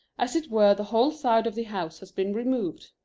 as it were the whole side of the house has been removed.